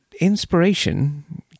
inspiration